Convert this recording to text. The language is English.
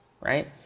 Right